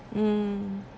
mm